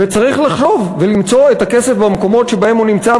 וצריך לחשוב ולמצוא את הכסף במקומות שבהם הוא נמצא,